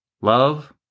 Love